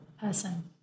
person